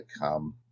come